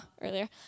earlier